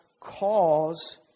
cause